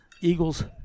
Eagles